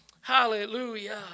Hallelujah